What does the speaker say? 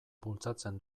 bultzatzen